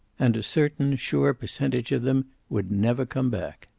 and a certain sure percentage of them would never come back.